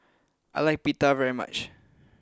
I like Pita very much